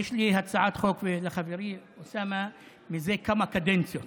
יש לי ולחברי אוסאמה הצעת חוק זה כמה קדנציות,